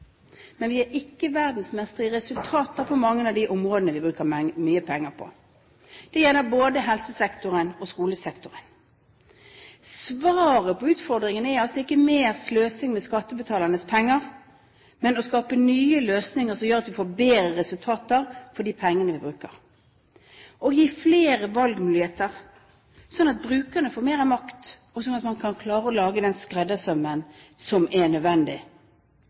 men vi er ikke verdensmestre i resultater på mange av de områdene vi bruker mye penger på. Det gjelder både helsesektoren og skolesektoren. Svaret på utfordringene er altså ikke mer sløsing med skattebetalernes penger, men å skape nye løsninger som gjør at vi får bedre resultater for de pengene vi bruker, og gi flere valgmuligheter, sånn at brukerne får mer makt, og sånn at man kan klare å lage den skreddersømmen som er nødvendig.